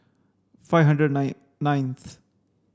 five hundred nine ninth